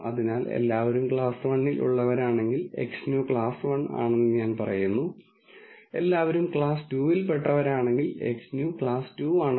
അതിനാൽ ചുരുക്കത്തിൽ data sciences ഉപയോഗിച്ച് ഒരു എഞ്ചിനീയറിംഗ് വീക്ഷണകോണിൽ നിന്ന് നമ്മൾ പ്രധാനമായും പരിഹരിക്കുന്ന രണ്ട് തരം പ്രോബ്ളങ്ങൾ മാത്രമേ ഉള്ളൂ ഇവ ക്ലാസ്സിഫിക്കേഷൻ പ്രോബ്ളങ്ങളും ഫങ്ക്ഷൻ അപ്പ്രോക്സിമേഷൻ പ്രോബ്ളങ്ങളുമാണ്